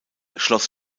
schloss